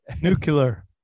Nuclear